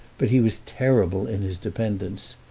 but he was terrible in his dependence,